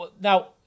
Now